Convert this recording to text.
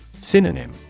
Synonym